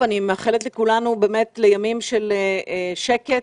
אני מאחלת לכולנו ימים של שקט,